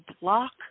block